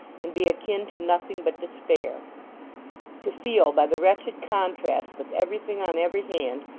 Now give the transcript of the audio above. and be akin to nothing but despair to feel, by the wretched contrast with everything on every hand,